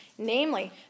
Namely